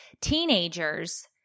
teenagers